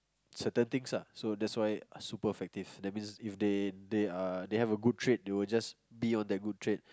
certain things ah so that's why super effective that means if they are they have a good trait they will just be on that good trait